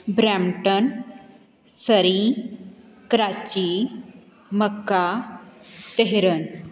Brampton Surrey Karachi Makkah Tehran